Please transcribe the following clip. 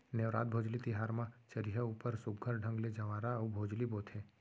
नेवरात, भोजली तिहार म चरिहा ऊपर सुग्घर ढंग ले जंवारा अउ भोजली बोथें